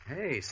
Hey